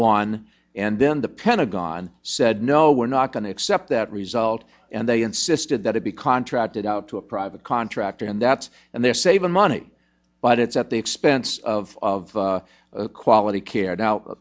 n and then the pentagon said no we're not going to accept that result and they insisted that it be contracted out to a private contractor and that's and they're saving money but it's at the expense of quality care now